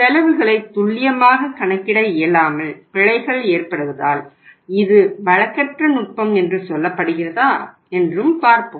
செலவுகளை துல்லியமாக கணக்கிட இயலாமல் பிழைகள் ஏற்படுவதால் இது வழக்கற்ற நுட்பம் என்று சொல்லப்படுகிறதா என்று பார்ப்போம்